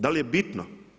Da li je bitno?